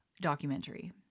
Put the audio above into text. documentary